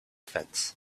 fence